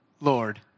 Lord